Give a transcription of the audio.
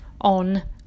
on